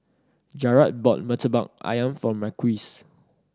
Jarrad bought Murtabak Ayam for Marquise